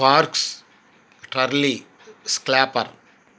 parks curly స్కాపర్